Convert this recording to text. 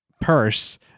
purse